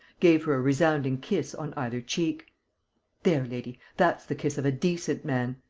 gave her a resounding kiss on either cheek there, lady, that's the kiss of a decent man!